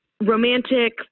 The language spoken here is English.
romantic